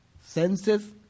Senses